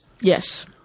Yes